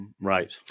Right